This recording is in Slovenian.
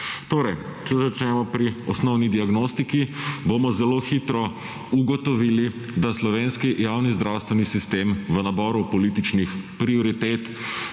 Torej, če začnemo pri osnovni diagnostiki, bomo zelo hitro ugotovili, da slovenski javni zdravstveni sistem v naboru političnih prioritet